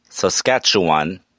Saskatchewan